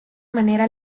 manera